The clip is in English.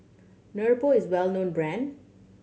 Nepro is a well known brand